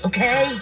Okay